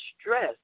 stress